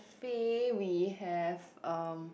pay we have um